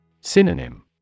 Synonym